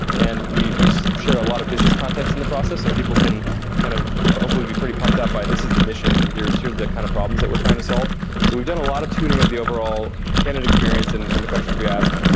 and we share share a lot of business context in and the process so people can kind of hopefully be pretty pumped up by this is the mission. here's here's the kind of problems that we're trying to solve so we've done a lot of tuning of the overall candidate experience and and the questions we ask.